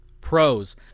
Pros